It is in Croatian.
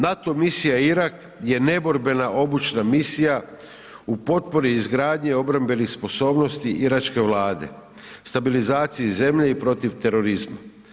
NATO misija i Irak je neborbena obučna misija u potpori i izgradnji obrambenih sposobnosti iračke Vlade, stabilizaciji zemlje i protiv terorizma.